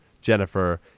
Jennifer